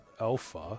Alpha